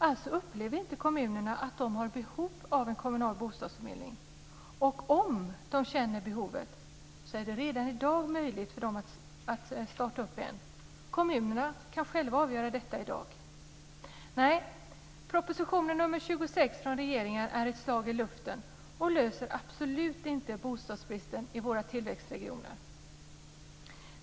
Alltså upplever inte kommunerna att de har behov av en kommunal bostadsförmedling, och om de känner behovet är det redan i dag möjligt för dem att starta en bostadsförmedling. Kommunerna kan själva avgöra detta i dag. Nej, propositionen nr 26 från regeringen är ett slag i luften och löser absolut inte bostadsbristen i våra tillväxtregioner.